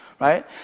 right